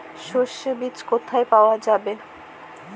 সর্ষে বিজ কোথায় পাওয়া যাবে?